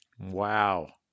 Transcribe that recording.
Wow